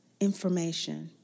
information